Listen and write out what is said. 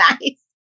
nice